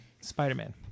Spider-Man